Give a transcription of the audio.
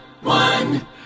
one